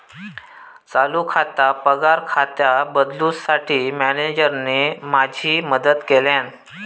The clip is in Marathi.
चालू खाता पगार खात्यात बदलूंसाठी मॅनेजरने माझी मदत केल्यानं